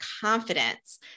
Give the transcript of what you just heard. confidence